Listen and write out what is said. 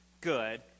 good